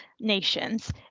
nations